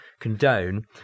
condone